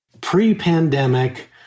Pre-pandemic